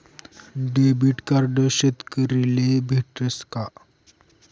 Debit card शेतकरीले भेटस का?